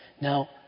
now